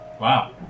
Wow